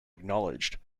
acknowledged